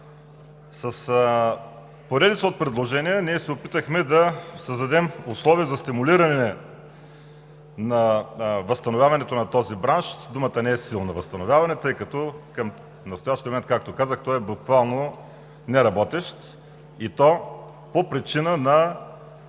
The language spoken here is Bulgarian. С поредица от предложения ние се опитахме да създадем условия за стимулиране на възстановяването на този бранш – думата не е точно „възстановяване“, тъй като към настоящия момент, както казах, той е буквално неработещ, и то по причина на